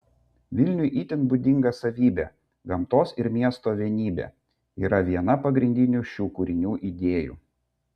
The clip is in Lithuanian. vilniui itin būdinga savybė gamtos ir miesto vienybė yra viena pagrindinių šių kūrinių idėjų